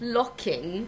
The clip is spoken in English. locking